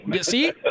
See